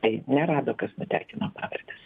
tai nerado kas nutekino pavardes